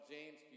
James